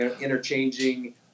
interchanging